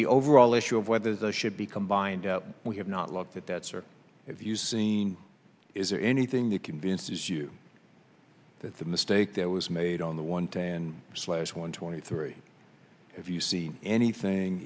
the overall issue of whether they should be combined we have not looked at that sir if you seen is there anything that convinces you that the mistake that was made on the one ten last one twenty three if you see anything